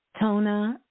Tona